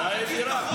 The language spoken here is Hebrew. לבחירה ישירה.